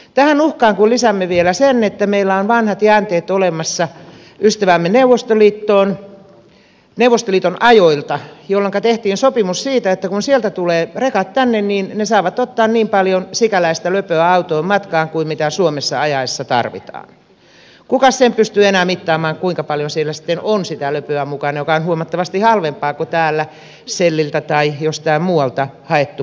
tähän uhkaan kun lisäämme vielä sen että meillä on vanhat jäänteet olemassa ystävämme neuvostoliiton ajoilta jolloinka tehtiin sopimus siitä että kun sieltä tulevat rekat tänne niin ne saavat ottaa niin paljon sikäläistä löpöä autoon matkaan kuin suomessa ajaessa tarvitaan kukas sen pystyy enää mittaamaan kuinka paljon siellä sitten on mukana sitä löpöä joka on huomattavasti halvempaa kuin täällä shelliltä tai jostain muualta haettu polttoneste